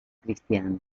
cristiana